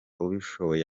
ubishoboye